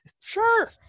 Sure